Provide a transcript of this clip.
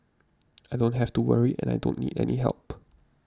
I don't have to worry and I don't need any help